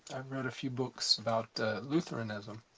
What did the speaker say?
i've read a few books about lutheranism.